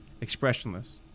Expressionless